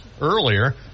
earlier